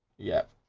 yep,